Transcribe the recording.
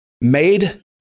made